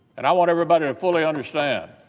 and i want everybody to fully understand